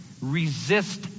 resist